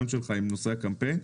אהבתי את הרעיון שלך בנושא הקמפיין,